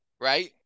Right